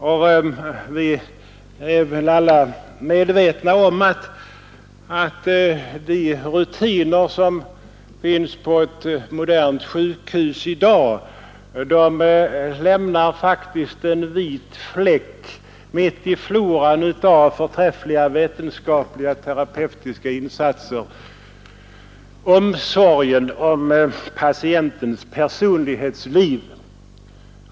Vi är nog alla medvetna om att de rutiner som finns på ett modernt sjukhus i dag lämnar en vit fläck i floran av förträffliga vetenskapliga — terapeutiska insatser: omsorgen om = <patientens personlighetsliv.